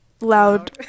loud